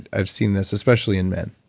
i've seen this, especially in men.